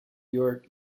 york